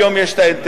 היום יש אינטרנט,